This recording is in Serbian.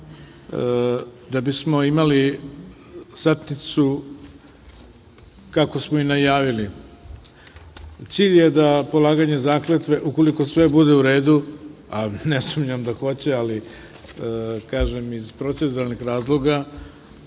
da bismo imali satnicu kako smo i najavili. Cilj je da polaganje zakletve, ukoliko sve bude u redu, a ne sumnjam da hoće, ali kažem iz proceduralnih razloga,